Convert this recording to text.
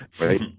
Right